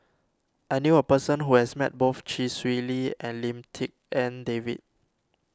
I knew a person who has met both Chee Swee Lee and Lim Tik En David